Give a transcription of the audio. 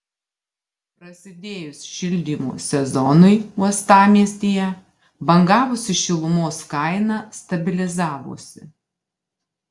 prasidėjus šildymo sezonui uostamiestyje bangavusi šilumos kaina stabilizavosi